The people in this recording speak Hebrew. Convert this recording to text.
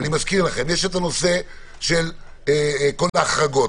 יש נושא של כל ההחרגות.